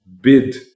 bid